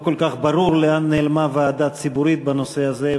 לא כל כך ברור לאן נעלמה הוועדה הציבורית בנושא הזה,